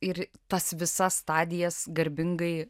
ir tas visas stadijas garbingai